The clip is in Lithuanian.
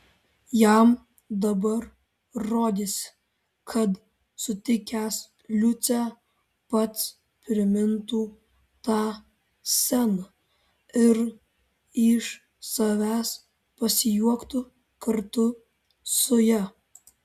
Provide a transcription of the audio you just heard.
jam dabar rodėsi kad sutikęs liucę pats primintų tą sceną ir iš savęs pasijuoktų kartu su ja